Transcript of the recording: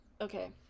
okay